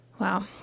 Wow